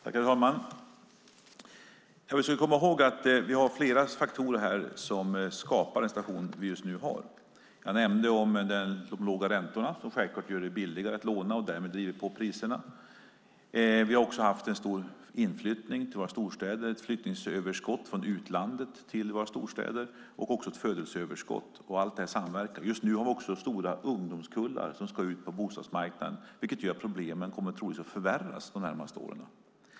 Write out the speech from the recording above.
Herr talman! Vi ska komma ihåg att vi har flera faktorer som skapar den situation vi nu har. Jag nämnde de låga räntorna. De gör det billigare att låna och driver därmed på priserna. Vi har också haft en stor inflyttning till våra storstäder, ett flyttningsöverskott från utlandet till våra storstäder och också ett födelseöverskott. Allt detta samverkar. Just nu har vi också stora ungdomskullar som ska ut på bostadsmarknaden, vilket gör att problemen troligtvis kommer att förvärras de närmaste åren.